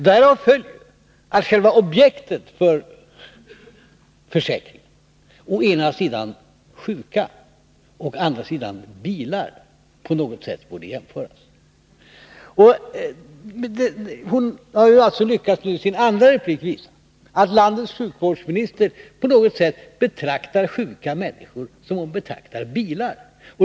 Därav följer att själva objekten för försäkringarna — å ena sidan sjuka och å andra sidan bilar — på något sätt borde jämföras. Hon har alltså lyckats visa med sin andra replik att landets sjukvårdsminister betraktar sjuka människor som hon betraktar bilar.